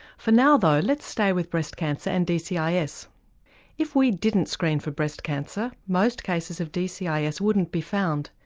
for now though, let's stay with breast cancer and dcis. if we didn't screen for breast cancer, most cases of dcis wouldn't be found.